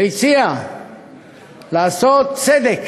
והציע לעשות צדק